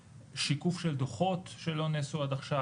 שיקוף של דו"חות שלא נעשו עד עכשיו,